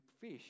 fish